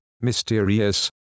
mysterious